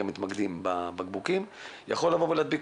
מתמקדים בבקבוקים יכול לגרום להדבקה.